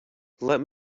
let